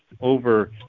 over